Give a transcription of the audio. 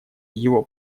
его